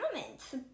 comments